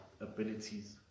abilities